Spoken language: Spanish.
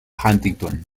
huntington